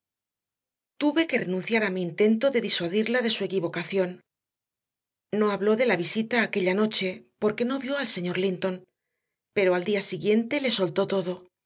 tuve que renunciar a mi intento de disuadirla de su equivocación no habló de la visita aquella noche porque no vio al señor linton pero al día siguiente le soltó todo